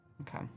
Okay